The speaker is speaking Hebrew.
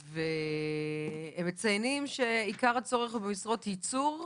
הם מציינים שעיקר הצורך הוא במשרות ייצור,